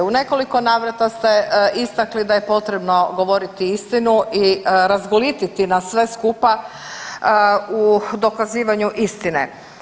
U nekoliko navrata ste istakli da je potrebno govoriti istinu i razgolititi nas sve skupa u dokazivanju istine.